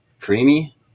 creamy